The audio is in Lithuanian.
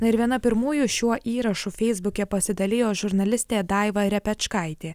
na ir viena pirmųjų šiuo įrašu feisbuke pasidalijo žurnalistė daiva repečkaitė